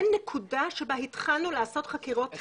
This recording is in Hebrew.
אין נקודה שבה התחלנו לעשות חקירות יהדות.